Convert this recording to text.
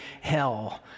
hell